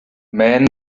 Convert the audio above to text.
men